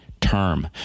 term